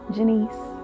Janice